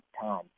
time